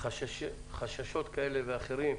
חששות כאלה ואחרים